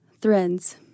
Threads